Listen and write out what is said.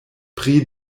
pri